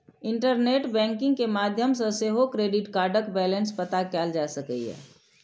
internet banking के माध्यम सं सेहो क्रेडिट कार्डक बैलेंस पता कैल जा सकैए